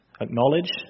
acknowledge